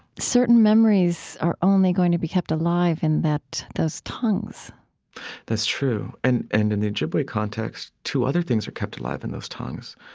certain memories are only going to be kept alive in those tongues that's true. and and in the ojibwe context, two other things are kept alive in those tongues,